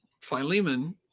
Philemon